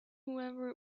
whoever